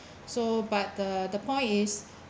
so but the the point is